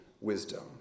wisdom